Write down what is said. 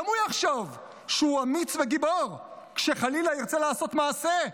גם הוא יחשוב שהוא אמיץ וגיבור כשחלילה ירצה לעשות מעשה.